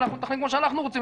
אנחנו נתכנן כמו שאנחנו רוצים.